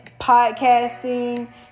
podcasting